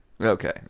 Okay